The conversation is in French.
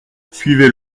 suivez